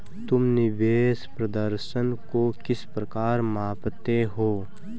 तुम निवेश प्रदर्शन को किस प्रकार मापते हो?